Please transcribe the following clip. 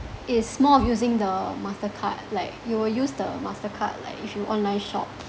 is more of using the mastercard like you will use the mastercard like if you online shop